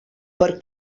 per